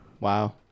Wow